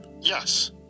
Yes